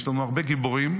יש לנו הרבה גיבורים,